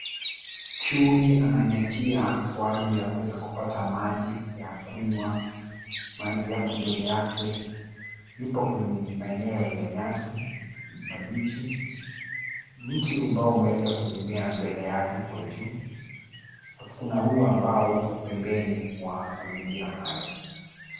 Chui ananyatia kwa ajili ya kuweza kupata maji ya kunywa. Maji yapo mbele yake. Yupo kwenye maeneo ya nyasi mabichi. Mti ambao umeweza kuegemea mbele yake kwa juu. Alafu kuna ua ambao upo pembeni mwa mazingira hayo.